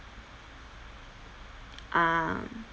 ah